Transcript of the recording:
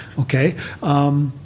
Okay